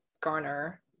Garner